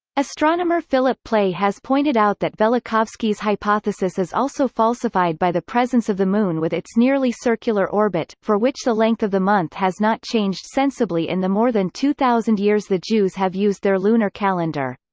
astronomer philip plait has pointed out that velikovsky's hypothesis is also falsified by the presence of the moon with its nearly circular orbit, for which the length of the month has not changed sensibly in the more than two thousand years the jews have used their lunar calendar.